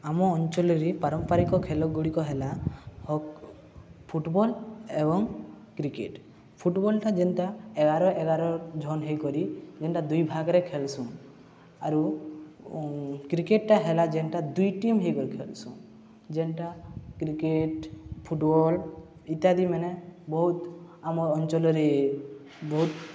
ଆମ ଅଞ୍ଚଲରେ ପାରମ୍ପରିକ ଖେଳଗୁଡ଼ିକ ହେଲା ହ ଫୁଟବଲ୍ ଏବଂ କ୍ରିକେଟ୍ ଫୁଟବଲ୍ଟା ଯେନ୍ତା ଏଗାର ଏଗାର ଜନ୍ ହେଇକରି ଯେନ୍ଟା ଦୁଇ ଭାଗରେ ଖେଲ୍ସନ୍ ଆରୁ କ୍ରିକେଟ୍ଟା ହେଲା ଯେନ୍ଟା ଦୁଇ ଟିମ୍ ହେଇକରି ଖେଲ୍ସନ୍ ଯେନ୍ଟା କ୍ରିକେଟ୍ ଫୁଟବଲ୍ ଇତ୍ୟାଦି ମାନେ ବହୁତ ଆମ ଅଞ୍ଚଲରେ ବହୁତ